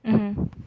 mm